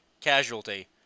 casualty